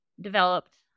developed